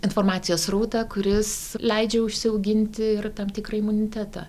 informacijos srautą kuris leidžia užsiauginti ir tam tikrą imunitetą